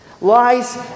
Lies